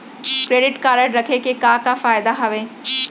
Credit card रखे के का का फायदा हवे?